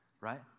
Right